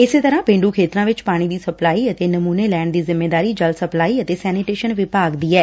ਇਸੇ ਤਰੁਾ ਪੇਡੂ ਖੇਤਰਾ ਵਿਚ ਪਾਣੀ ਦੀ ਸਪਲਾਈ ਅਤੇ ਨਮੂਨੇ ਲੈਣ ਦੀ ਜਿੰਮੇਵਾਰੀ ਜਲ ਸਪਲਾਈ ਅਤੇ ਸੈਨੀਟੇਸ਼ਨ ਵਿਭਾਗ ਦੀ ਐ